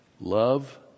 Love